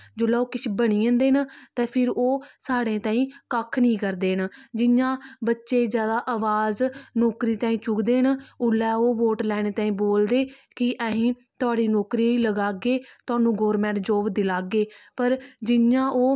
जेल्लै ओह् किश बनी जंदे न ते फिर ओह् साढ़े ताईं कक्ख नेईं करदे न जियां बच्चे ज्यादा अवाज नौकरी ताईं चुकदे न उल्लै ओह् वोट लैने ताईं बोलदे कि अहीं थुआढ़ी नौकरी लगागे थुआनूं गौरमेंट जाब दिलागे पर जियां ओह्